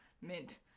Mint